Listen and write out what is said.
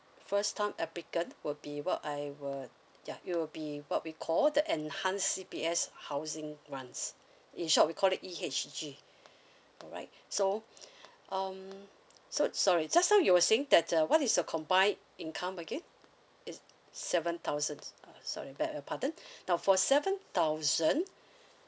first time applicant will be what I were ya it will be what we call the enhanced C P F housing grants in short we call it E H G alright so um so sorry just now you were saying that uh what is your combined income again it's seven thousands uh sorry beg a pardon now for seven thousand